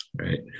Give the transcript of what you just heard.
right